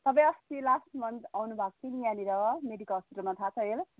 तपाईँ अस्ति last month आउनुभएको थियो नि यहाँनिर मेडिका हस्पिटलमा थाहा छ है